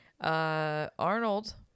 arnold